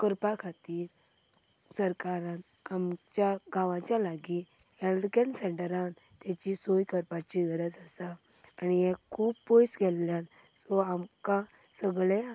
करपा खातीर सरकारान आमच्या गांवच्या लागी हेल्थ कॅर सेंटरांत ताची सोय करपाची गरज आसा आनी हें खूब पयस गेल्ल्यान सो आमकां सगळीं